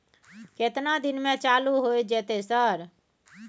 केतना दिन में चालू होय जेतै सर?